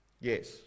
Yes